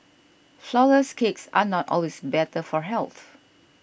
Flourless Cakes are not always better for health